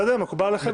מקובל עליכם?